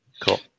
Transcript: Cool